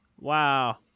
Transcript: Wow